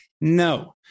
No